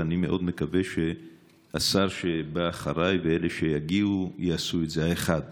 ואני מאוד מקווה שהשר שבא אחריי ואלה שיגיעו יעשו את זה: האחד